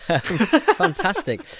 Fantastic